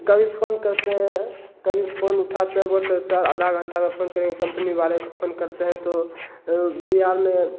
कभी फोन करते हैं कभी फोन उठाते हैं बोलते हैं सर आधा घंटा में फ़ोन करेंगे कंपनी वाले को फोन करते हैं तो बिहार में